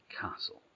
castle